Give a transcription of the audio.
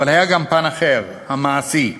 אבל היה גם פן אחר, המעשי,